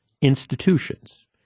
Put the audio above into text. institutions